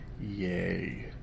Yay